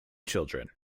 children